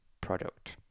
product